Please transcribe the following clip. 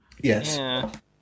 Yes